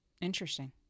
Interesting